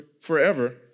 forever